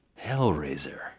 Hellraiser